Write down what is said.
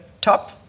top